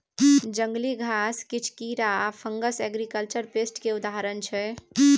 जंगली घास, किछ कीरा आ फंगस एग्रीकल्चर पेस्ट केर उदाहरण छै